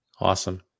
Awesome